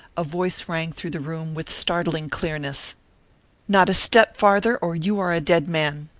a voice rang through the room with startling clearness not a step farther, or you are a dead man!